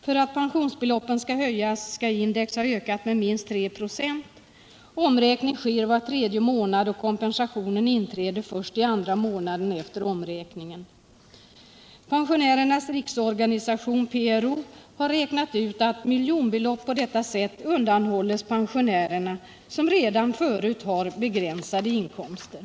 För att pensionsbeloppen skall höjas skall index ha ökat med minst 3 96. Omräkning sker var tredje månad, och kompensationen inträder först i andra månaden efter omräkningen. Pensionärernas riksorganisation, PRO, har räknat ut att miljonbelopp på detta sätt undanhålls pensionärerna, som redan förut har begränsade inkomster.